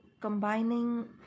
combining